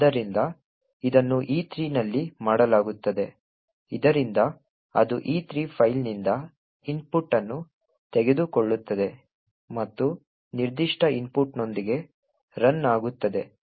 ಆದ್ದರಿಂದ ಇದನ್ನು E3 ನಲ್ಲಿ ಮಾಡಲಾಗುತ್ತದೆ ಇದರಿಂದ ಅದು E3 ಫೈಲ್ನಿಂದ ಇನ್ಪುಟ್ ಅನ್ನು ತೆಗೆದುಕೊಳ್ಳುತ್ತದೆ ಮತ್ತು ನಿರ್ದಿಷ್ಟ ಇನ್ಪುಟ್ನೊಂದಿಗೆ ರನ್ ಆಗುತ್ತದೆ